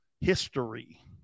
History